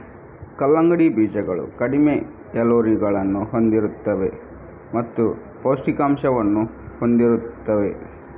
ಕಲ್ಲಂಗಡಿ ಬೀಜಗಳು ಕಡಿಮೆ ಕ್ಯಾಲೋರಿಗಳನ್ನು ಹೊಂದಿರುತ್ತವೆ ಮತ್ತು ಪೌಷ್ಠಿಕಾಂಶವನ್ನು ಹೊಂದಿರುತ್ತವೆ